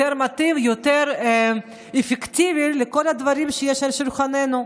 יותר מתאים ויותר אפקטיבי לכל הדברים על שולחננו,